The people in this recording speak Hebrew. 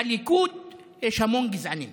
בליכוד יש המון גזענים,